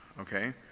okay